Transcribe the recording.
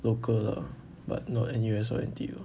local lah but not N_U_S or N_T_U